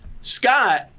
Scott